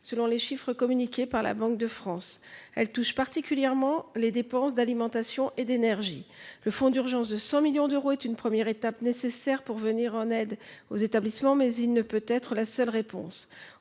selon les chiffres communiqués par la Banque de France. Elle touche particulièrement les dépenses d’alimentation et d’énergie. Le fonds d’urgence de 100 millions d’euros est une première étape nécessaire pour venir en aide aux établissements, mais il ne peut pas être la seule réponse.